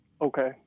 Okay